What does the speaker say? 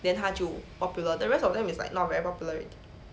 then 他就 popular the rest of them is like not very popular already